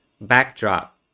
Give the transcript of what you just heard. backdrop